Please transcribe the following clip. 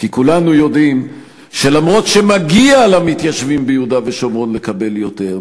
כי כולנו יודעים שאף שמגיע למתיישבים ביהודה ושומרון לקבל יותר,